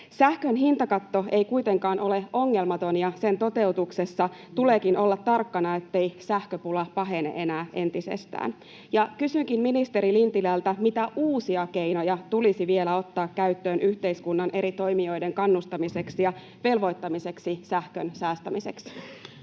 Sähkön hintakatto ei kuitenkaan ole ongelmaton, ja sen toteutuksessa tuleekin olla tarkkana, ettei sähköpula pahene enää entisestään. Kysynkin ministeri Lintilältä: mitä uusia keinoja tulisi vielä ottaa käyttöön yhteiskunnan eri toimijoiden kannustamiseksi ja velvoittamiseksi sähkön säästämiseksi?